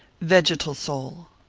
vegetal soul.